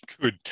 good